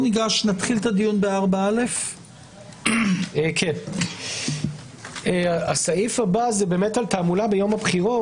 נתחיל את הדיון בסעיף 4א. הסעיף הבא זה באמת על תעמולה ביום הבחירות,